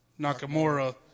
Nakamura